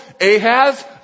Ahaz